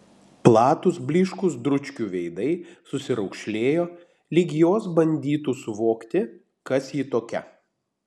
platūs blyškūs dručkių veidai susiraukšlėjo lyg jos bandytų suvokti kas ji tokia